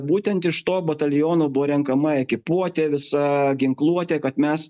būtent iš to bataliono buvo renkama ekipuotė visa ginkluotė kad mes